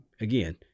again